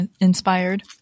inspired